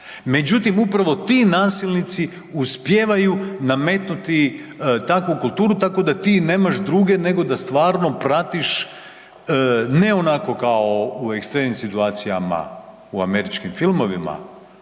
Međutim, upravo ti nasilnici uspijevaju nametnuti takvu kulturu tako da ti nemaš druge nego da stvarno pratiš, ne onako kao u ekstremnim situacijama u američkim filmovima,